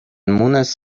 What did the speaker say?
مونس